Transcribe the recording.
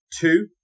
Two